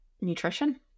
nutrition